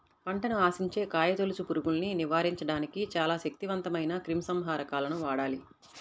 పంటను ఆశించే కాయతొలుచు పురుగుల్ని నివారించడానికి చాలా శక్తివంతమైన క్రిమిసంహారకాలను వాడాలి